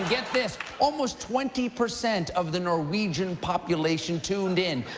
get this, almost twenty percent of the norwegian population tuned in,